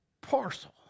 parcel